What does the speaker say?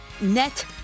Net